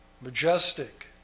majestic